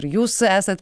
ir jūs esat